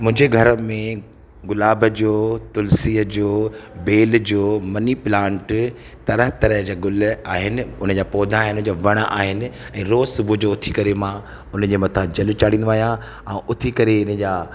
मुंहिंजे घर में गुलाब जो तुलसीअ जो बेल जो मनी प्लांट तरह तरह जा गुल आहिनि उन जा पौधा आहिनि जो वण आहिनि ऐं रोज़ु सुबुह जो उथी करे मां उन जे मथां जल चाढ़ींदो आहियां ऐं उथी करे इन जा